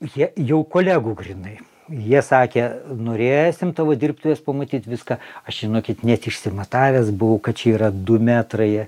jie jau kolegų grynai jie sakė norėsim tavo dirbtuves pamatyt viską aš žinokit net išsimatavęs buvau kad čia yra du metrai